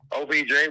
OBJ